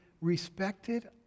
respected